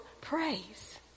praise